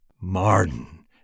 Marden